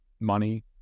money